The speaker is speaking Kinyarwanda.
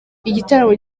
igitaramo